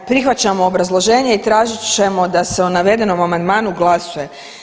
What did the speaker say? Ne prihvaćamo obrazloženje i tražit ćemo da se o navedenom amandmanu glasuje.